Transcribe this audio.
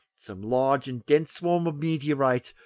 some large and dense swarm of meteorites,